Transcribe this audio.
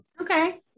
okay